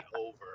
over